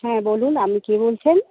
হ্যাঁ বলুন আপনি কে বলছেন